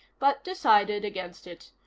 but decided against it.